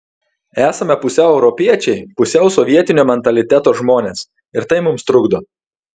esame pusiau europiečiai pusiau sovietinio mentaliteto žmonės ir tai mums trukdo